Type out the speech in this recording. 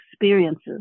experiences